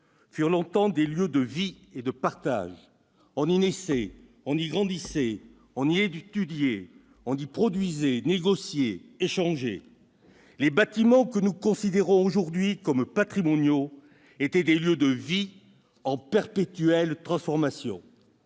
furent longtemps des lieux de vie et de partage. On y naissait, on y grandissait, on y étudiait, on y produisait, on y négociait, on y échangeait. Les bâtiments que nous considérons aujourd'hui comme patrimoniaux étaient des lieux de vie en perpétuelle transformation.